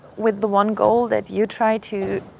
with the one goal that you try to